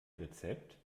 rezept